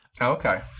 okay